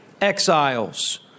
exiles